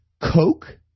Coke